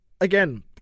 again